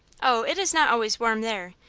oh, it is not always warm there,